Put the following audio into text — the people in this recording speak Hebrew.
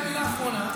רק מילה אחרונה,